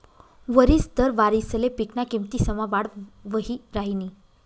वरिस दर वारिसले पिकना किमतीसमा वाढ वही राहिनी